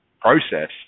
process